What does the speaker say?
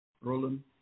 Roland